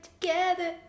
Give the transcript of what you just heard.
together